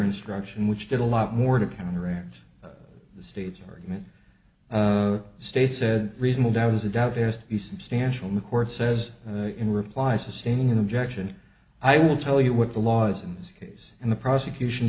instruction which did a lot more to counteract the state's argument stay said reasonable doubt is in doubt there's substantial mccord says in reply sustaining in objection i will tell you what the laws in this case and the prosecution